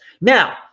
Now